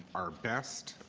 our best,